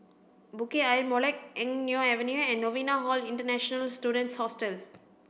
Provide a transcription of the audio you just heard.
Bukit Ayer Molek Eng Neo Avenue and Novena Hall International Students Hostel